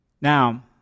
Now